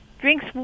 drinks